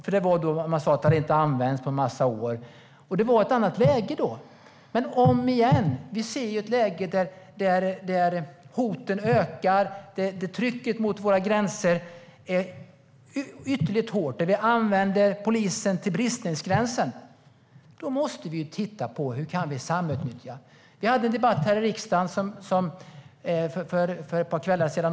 Man sa att den inte hade använts på massor av år, men det var ett annat läge då. Återigen: Vi ser ett läge där hoten ökar, trycket på våra gränser är ytterligt hårt och vi använder polisen till bristningsgränsen. Då måste vi titta på hur vi kan samutnyttja. Vi hade en debatt här i riksdagen för ett par kvällar sedan.